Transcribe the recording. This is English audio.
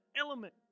element